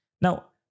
Now